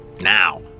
Now